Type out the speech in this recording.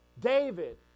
David